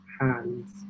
hands